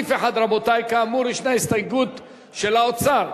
לסעיף 1, כאמור, יש הסתייגות של האוצר,